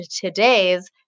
today's